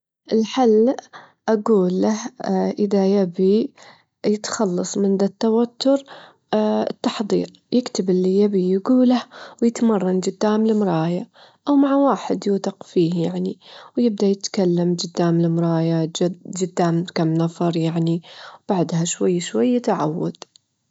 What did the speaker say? أول خطوة أسويها هي أفعل كل أنظمة الدفاع على الأرض، بعدين أجوم استخدم تقنيات متطورة عشان أوجف الكائنات الفضائية، وأتعاون مع ناس عقول بشرية وRebots تساعدني ونوجف الغزو ونحمي كوكبنا.